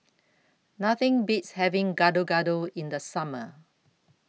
Nothing Beats having Gado Gado in The Summer